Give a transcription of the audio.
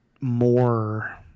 more –